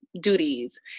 duties